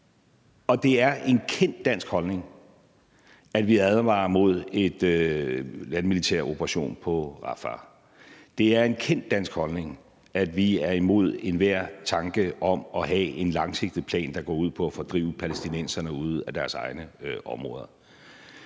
Det er en kendt dansk holdning, at vi advarer mod en landmilitær operation i Rafah. Det er en kendt dansk holdning, at vi er imod enhver tanke om at have en langsigtet plan, der går ud på at fordrive palæstinenserne fra deres egne områder.